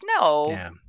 No